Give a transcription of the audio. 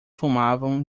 fumavam